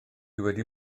wedi